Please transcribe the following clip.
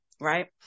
Right